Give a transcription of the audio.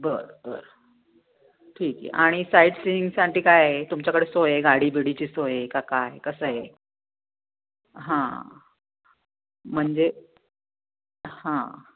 बरं बरं ठीक आहे आणि साईट सींगसाठी काय आहे तुमच्याकडे सोय आहे गाडी बिडीची सोय आहे का काय कसं आहे हां म्हणजे हां